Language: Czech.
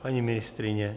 Paní ministryně?